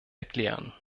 erklären